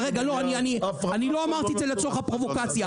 לא אמרתי את זה לצורך הפרובוקציה.